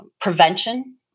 prevention